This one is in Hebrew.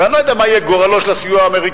ואני לא יודע מה יהיה גורלו של הסיוע האמריקני.